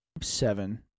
seven